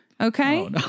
Okay